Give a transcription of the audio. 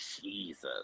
Jesus